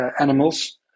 animals